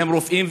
והם רופאים,